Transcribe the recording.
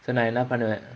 so என்ன பண்ணுவ:enna pannuva